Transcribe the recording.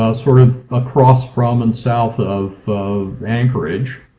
ah sort of across from and south of of anchorage.